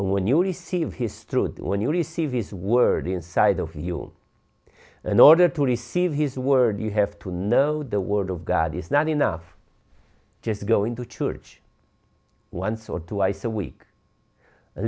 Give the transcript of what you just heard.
and when you receive his truth when you receive his word inside of you an order to receive his word you have to know the word of god is not enough just going to church once or twice a week and